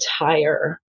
entire